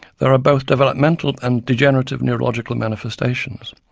there are both developmental and degenerative neurological manifestations.